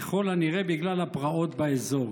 ככל הנראה בגלל הפרעות באזור.